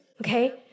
Okay